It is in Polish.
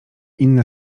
inne